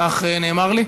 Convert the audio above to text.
כך נאמר לי.